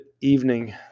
evening